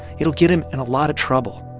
it'll get him in a lot of trouble.